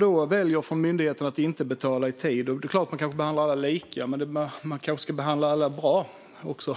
Då väljer man från myndighetens sida att inte betala i tid. Det är klart att man ska behandla alla lika, men man kanske ska behandla alla bra också.